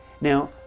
Now